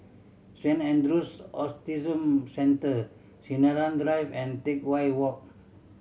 Saint Andrew's Austism Center Sinaran Drive and Teck Whye Walk